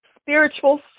spiritual